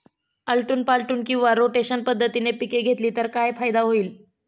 आलटून पालटून किंवा रोटेशन पद्धतीने पिके घेतली तर काय फायदा होईल?